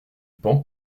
pan